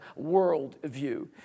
worldview